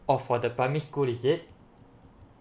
oh for the primary school is it